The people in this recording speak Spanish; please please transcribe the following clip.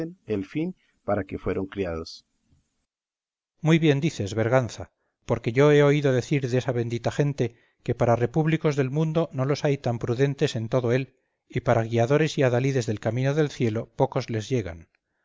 el fin para que fueron criados cipión muy bien dices berganza porque yo he oído decir desa bendita gente que para repúblicos del mundo no los hay tan prudentes en todo él y para guiadores y adalides del camino del cielo pocos les llegan